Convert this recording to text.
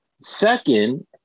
Second